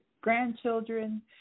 grandchildren